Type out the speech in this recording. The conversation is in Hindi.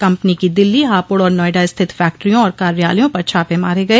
कंपनी की दिल्ली हापुड़ और नोएडा स्थित फैक्ट्रियों और कार्यालयों पर छापे मारे गए